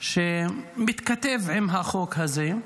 שמתכתב עם החוק הזה,